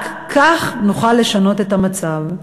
רק כך נוכל לשנות את המצב.